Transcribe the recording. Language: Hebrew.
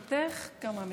ברשותך, כמה משפטים.